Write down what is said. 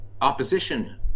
opposition